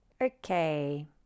Okay